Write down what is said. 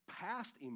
past